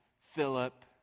Philip